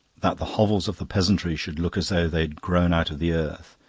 that the hovels of the peasantry should look as though they had grown out of the earth,